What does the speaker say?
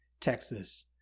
Texas